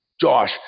Josh